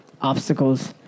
Obstacles